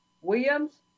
Williams